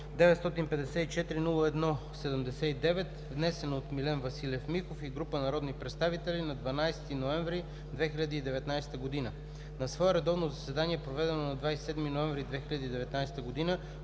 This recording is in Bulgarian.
954-01-79, внесен от Милен Василев Михов и група народни представители на 12 ноември 2019 г. На свое редовно заседание, проведено на 27 ноември 2019 г.,